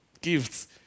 gifts